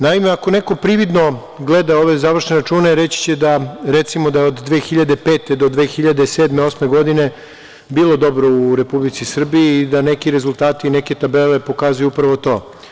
Naime, ako neko prividno gleda ove završne račune reći će da je, recimo, od 2005. do 2007, 2008. godine bilo dobro u Republici Srbiji i da neki rezultati, neke tabele pokazuju upravo to.